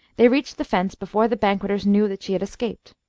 they reached the fence before the banqueters knew that she had escaped.